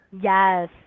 Yes